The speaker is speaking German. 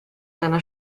deiner